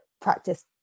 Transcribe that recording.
practice